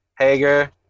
Hager